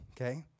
Okay